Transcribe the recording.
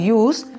use